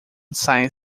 sized